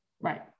Right